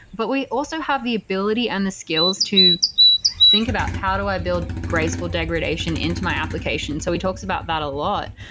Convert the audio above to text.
but we also have the ability and the skills to think about how do i build graceful degradation into my application. so he talks about that a lot.